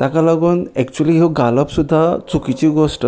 ताका लागून एक्चुली ह्यो घालप सुद्दां चुकिची गोश्ट